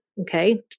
Okay